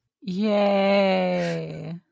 yay